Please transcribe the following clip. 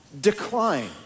decline